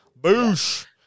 Boosh